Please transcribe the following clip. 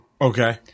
Okay